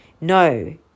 No